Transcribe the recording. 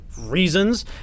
reasons